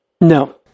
No